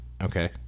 okay